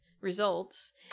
results